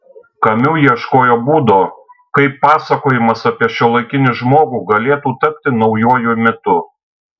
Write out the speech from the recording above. kamiu ieškojo būdo kaip pasakojimas apie šiuolaikinį žmogų galėtų tapti naujuoju mitu